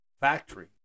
factory